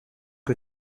que